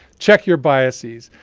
check your biases.